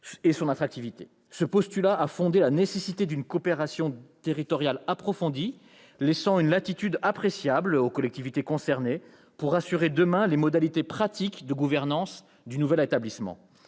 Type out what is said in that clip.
et son attractivité. Ce postulat a fondé la nécessité d'une coopération territoriale approfondie, laissant une latitude appréciable aux collectivités concernées pour assurer, demain, les modalités pratiques de gouvernance du nouvel établissement.